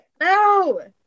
no